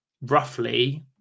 roughly